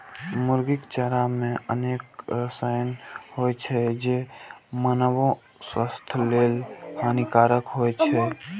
मुर्गीक चारा मे अनेक रसायन होइ छै, जे मानवो स्वास्थ्य लेल हानिकारक होइ छै